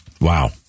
Wow